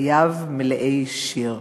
חייו מלאי שיר".